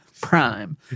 Prime